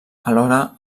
alhora